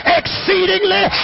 exceedingly